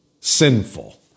sinful